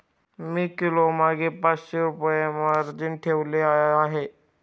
मी किलोमागे पाचशे रुपये मार्जिन ठेवली आहे